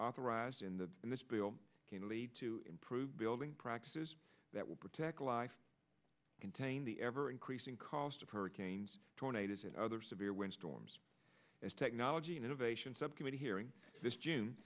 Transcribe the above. authorized in the in this bill can lead to improved building practices that will protect life contain the ever increasing cost of hurricanes tornadoes and other severe winter storms as technology and innovation subcommittee hearing this june